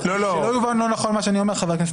שלא יובן לא נכון מה שאני אומר, חבר הכנסת סעדה.